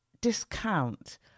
discount